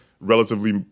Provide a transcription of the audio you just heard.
relatively